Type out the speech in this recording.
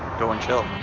go and chill.